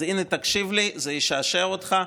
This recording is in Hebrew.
אז, הינה, תקשיב לי, זה ישעשע אותך.